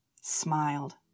smiled